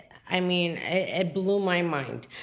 i mean, it blew my mind.